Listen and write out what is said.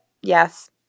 Yes